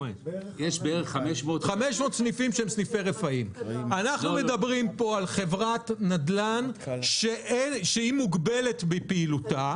אנחנו מדברים פה על חברת נדל"ן שמוגבלת בפעילותה.